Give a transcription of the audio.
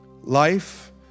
Life